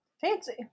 Fancy